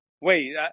wait